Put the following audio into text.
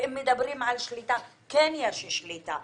מדברים על שליטה יש שליטה.